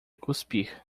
cuspir